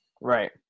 Right